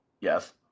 Yes